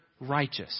righteous